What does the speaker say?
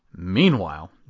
Meanwhile